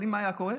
אבל אם היה קורה,